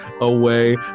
away